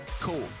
Cool